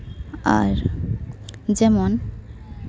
ᱟᱨ ᱡᱮᱢᱚᱱ